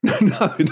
No